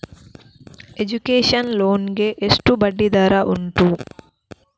Education loan ಗೆ ಎಷ್ಟು ಬಡ್ಡಿ ದರ ಉಂಟು?